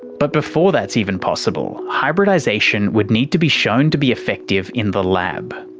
but before that's even possible, hybridisation would need to be shown to be effective in the lab.